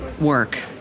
work